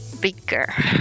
bigger